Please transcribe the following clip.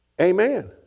Amen